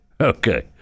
Okay